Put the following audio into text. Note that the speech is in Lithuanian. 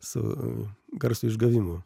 su garso išgavimu